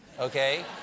Okay